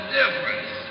difference